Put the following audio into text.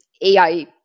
AI